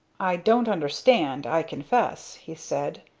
i don't understand, i confess, he said.